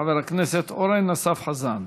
חבר הכנסת אורן אסף חזן.